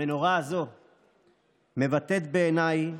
המנורה הזאת מבטאת בעיניי